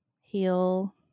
heal